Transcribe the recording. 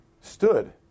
Stood